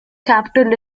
capital